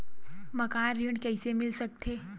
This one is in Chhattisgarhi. मकान ऋण कइसे मिल सकथे?